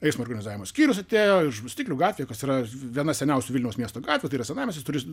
eismo organizavimo skyrius atėjo stiklių gatvėje kas yra viena seniausių vilniaus miesto gatvių tai yra senamiestis turistų